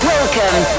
Welcome